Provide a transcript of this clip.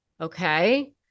Okay